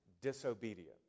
disobedience